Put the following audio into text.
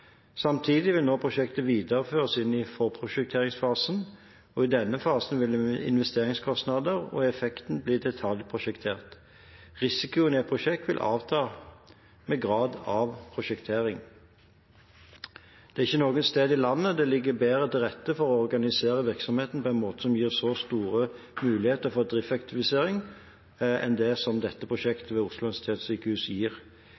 Samtidig vil nå prosjektet videreføres inn i forprosjekteringsfasen, og i denne fasen vil investeringskostnader og effekter bli detaljprosjektert. Risikoen i et prosjekt vil avta med grad av prosjektering. Det er ikke noe sted i landet det ligger bedre til rette for å organisere virksomheten på en måte som gir så store muligheter for driftseffektivisering, enn det dette prosjektet ved Oslo universitetssykehus gir.